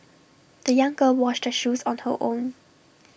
the young girl washed her shoes on her own